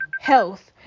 health